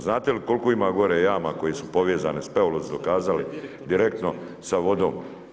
Znate li koliko ima gore jama koje su povezane, speleolozi dokazali direktno sa vodom.